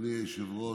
אדוני היושב-ראש,